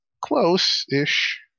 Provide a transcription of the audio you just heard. close-ish